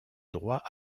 droit